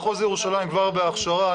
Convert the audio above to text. מחוז ירושלים כבר בהכשרה,